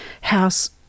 house